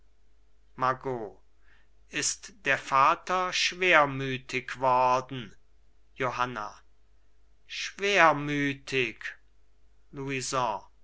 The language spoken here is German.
margot ist der vater schwermütig worden johanna schwermütig louison